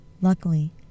Luckily